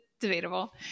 Debatable